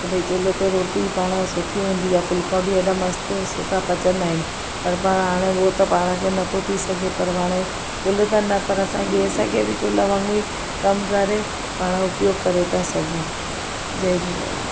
भई चुल्हि ते रोटी पाण सुठी हूंदी आहे फुलका बि ऐॾा मस्तु सुठा पचंदा आहिनि पर पाण हाणे हूअं त पाण खे नथो थी सघे पर हाणे चुल्हि त न पर असां गैस खे बि चुल्हि वांगुर ई कमु करे पाण उपयोगु करे था सघूं जय झूलेलाल